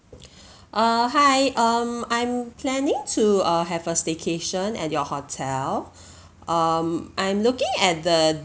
err hi um I'm planning to uh have a staycation at your hotel um I'm looking at the